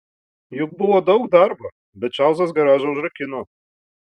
juk buvo daug darbo bet čarlzas garažą užrakino